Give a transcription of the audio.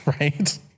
right